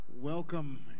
Welcome